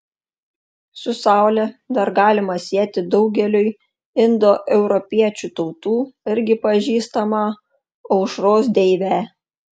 su saule dar galima sieti daugeliui indoeuropiečių tautų irgi pažįstamą aušros deivę